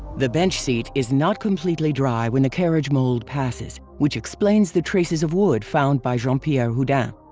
the bench seat is not completely dry when the carriage mold passes, which explains the traces of wood found by jean um pierre houdin.